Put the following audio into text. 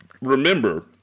remember